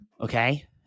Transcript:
okay